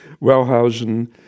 Wellhausen